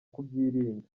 kubyirinda